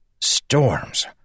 Storms